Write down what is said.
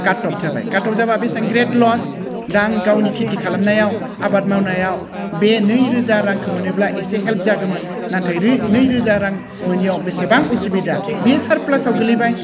काट off जाबाय cut off जाबा बेसेबां ग्रेट लस दा आं गावनि खेथि खालामनायाव आबाद मावनायाव बे नैरोजा रांखौ मोनोब्ला एसे हेल्प जागौमोन नाथाय नैरोजा रां मोनियाव बेसेबां असुबिदा बेयो सारप्लासआव गोलैबाय